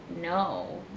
no